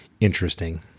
interesting